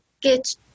get